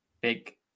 big